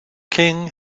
king